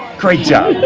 great job.